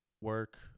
work